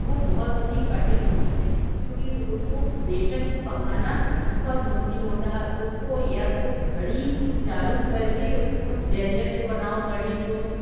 वो बहुत ही कठिन होती है क्यूंकि उसको बेसन को पकाना बहुत मुश्किल होता है उसको या तो घड़ी चालू करके उस व्यंजन को बनाओ कड़ी को